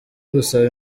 gusaba